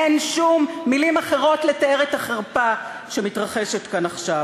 אין שום מילים אחרות לתאר את החרפה שמתרחשת כאן עכשיו.